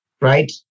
right